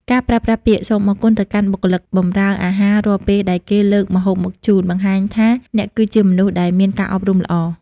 ការប្រើប្រាស់ពាក្យ "សូមអរគុណ" ទៅកាន់បុគ្គលិកបម្រើអាហាររាល់ពេលដែលគេលើកម្ហូបមកជូន បង្ហាញថាអ្នកគឺជាមនុស្សដែលមានការអប់រំល្អ។